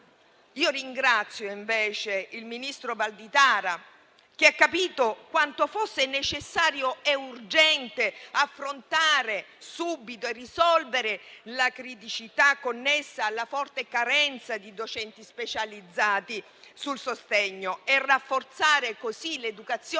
Ringrazio invece il ministro Valditara, che ha capito quanto fosse necessario e urgente affrontare subito e risolvere la criticità connessa alla forte carenza di docenti specializzati sul sostegno e rafforzare così l'azione